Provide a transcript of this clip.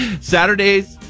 Saturdays